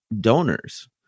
donors